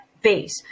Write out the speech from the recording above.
base